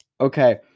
Okay